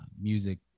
music